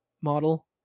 model